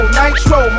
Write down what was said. nitro